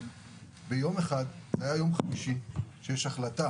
ביום אחד, היה יום חמישי, שיש החלטה